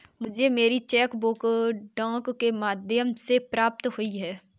मुझे मेरी cheque book डाक के माध्यम से प्राप्त हुई है